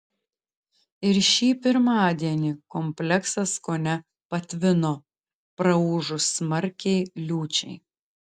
ir šį pirmadienį kompleksas kone patvino praūžus smarkiai liūčiai